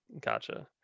Gotcha